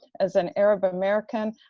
as an arab american,